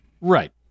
Right